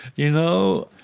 you know?